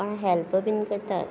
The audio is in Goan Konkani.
कोणा हेल्प बीन करतात